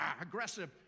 aggressive